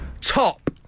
Top